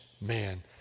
man